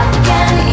again